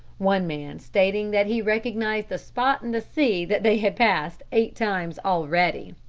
one man stating that he recognized a spot in the sea that they had passed eight times already.